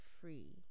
free